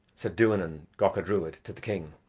said duanan gacha druid to the king,